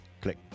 click